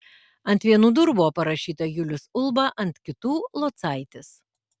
ant vienų durų buvo parašyta julius ulba ant kitų locaitis